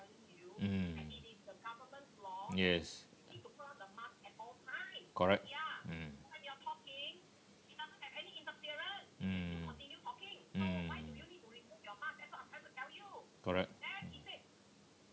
mmhmm yes correct mm mm mm correct